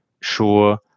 sure